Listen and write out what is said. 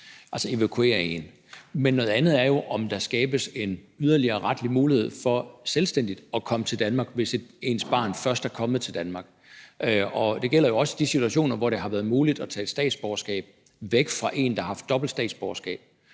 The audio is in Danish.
altså evakuere vedkommende. Men noget andet er jo, om der kan skabes en yderligere retlig mulighed for selvstændigt at komme til Danmark, hvis ens barn først er kommet til Danmark. Det gælder jo også i de situationer, hvor det har været muligt at tage et statsborgerskab fra en, der har haft dobbelt statsborgerskab,